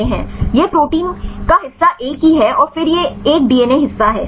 यह प्रोटीन का हिस्सा एक ही है और फिर यह एक डीएनए हिस्सा है